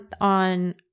on